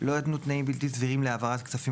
לא יתנו תנאים בלתי סבירים להעברת כספים